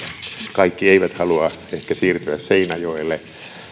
kaikki eivät ehkä halua siirtyä seinäjoelle